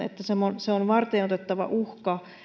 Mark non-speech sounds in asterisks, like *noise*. *unintelligible* että se on varteenotettava uhka